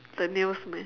the nails meh